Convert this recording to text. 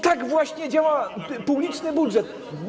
Tak właśnie działa publiczny budżet.